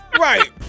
Right